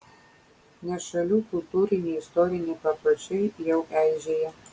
nes šalių kultūriniai istoriniai papročiai jau eižėja